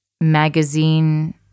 magazine